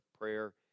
prayer